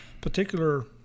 particular